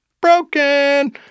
Broken